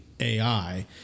AI